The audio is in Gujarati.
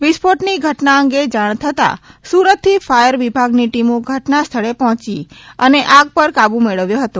વિસ્ફોટની ઘટના અંગે જાણ થતાં સુરતથી ફાયર વિભાગની ટીમો ઘટનાસ્થળે પહોંચી છે અને આગ પર કાબૂ મેળવ્યો હતો